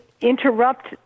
interrupt